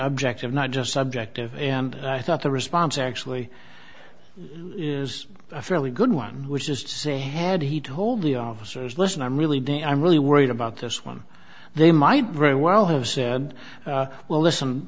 objective not just subjective and i thought the response actually is a fairly good one which is to say had he told the officers listen i'm really day i'm really worried about this one they might very well have said well listen